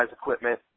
equipment